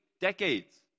decades